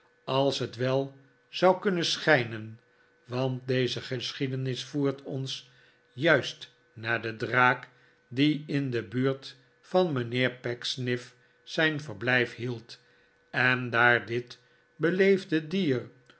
als het wel zou kunnen schijnen want deze geschiedenis voert ons juist naar den draak die in de buurt van mijnheer pecksniff zijn verblijf hield en daar dit beleefde dier